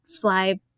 fly